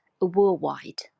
worldwide